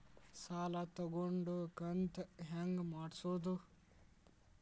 ಸಾಲ ತಗೊಂಡು ಕಂತ ಹೆಂಗ್ ಮಾಡ್ಸೋದು?